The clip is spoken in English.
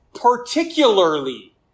particularly